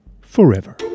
forever